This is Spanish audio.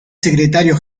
secretario